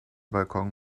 balkon